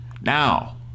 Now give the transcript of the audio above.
Now